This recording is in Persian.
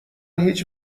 هیچ